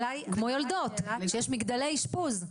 כמו ביולדות שיש מגדלי אשפוז.